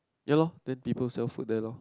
ya lor then people sell food there lor